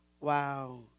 Wow